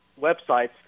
websites